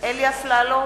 אלי אפללו